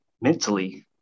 mentally